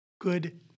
good